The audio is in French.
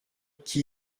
qui